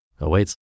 awaits